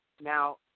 now